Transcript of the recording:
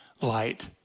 light